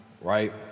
right